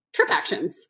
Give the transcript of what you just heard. TripActions